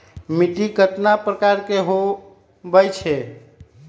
मिट्टी कतना प्रकार के होवैछे?